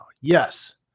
Yes